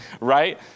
Right